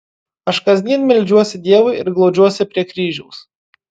aš kasdien meldžiuosi dievui ir glaudžiuosi prie kryžiaus